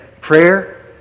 prayer